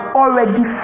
already